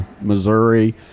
Missouri